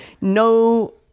no